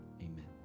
amen